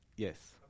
Yes